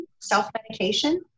self-medication